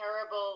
Terrible